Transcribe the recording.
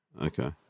Okay